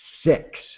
Six